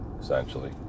essentially